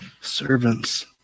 servants